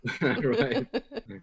Right